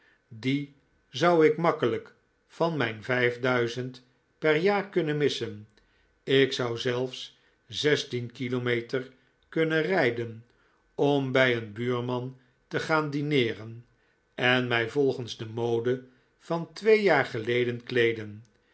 die zou ik makkelijk van mijn vijf duizend per jaar kunnen missen ik zou zelfs zestien kilometer kunnen rijden om bij een buurman te gaan dineeren en mij volgens de mode van twee jaar geleden kleeden